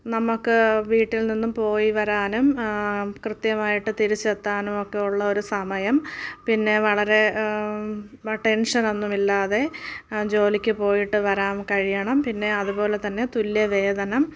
നമുക്ക് വീട്ടിൽ നിന്നും പോയി വരാനും കൃത്യമായിട്ട് തിരിച്ചെത്താനുമൊക്കെ ഉള്ള ഒരു സമയം പിന്നെ വളരെ ടെൻഷനൊന്നുമില്ലാതെ ജോലിക്ക് പോയിട്ട് വരാൻ കഴിയണം പിന്നെ അതുപോലെതന്നെ തുല്യ വേതനം